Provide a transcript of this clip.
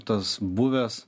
tas buvęs